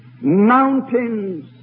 mountains